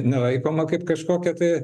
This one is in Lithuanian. nelaikoma kaip kažkokia tai